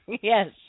Yes